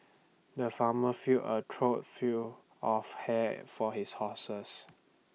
the farmer fill A trough fill of hay for his horses